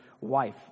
wife